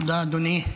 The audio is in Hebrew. תודה, אדוני.